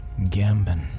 Gambin